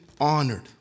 honored